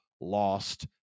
lost